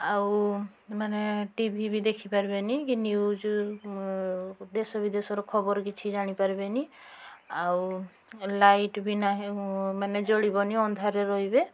ଆଉ ମାନେ ଟିଭି ବି ଦେଖି ପାରିବେନି କି ନ୍ୟୁଜ୍ ଦେଶ ବିଦେଶର ଖବର କିଛି ଜାଣି ପାରିବେନି ଆଉ ଲାଇଟ୍ ବି ନାହିଁ ମାନେ ଜଳିବନି ଅନ୍ଧାରରେ ରହିବେ